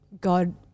God